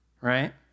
right